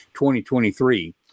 2023